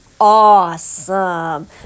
awesome